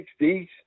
1960s